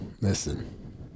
listen